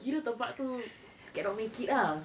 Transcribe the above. kira tempat tu cannot make it lah